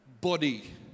body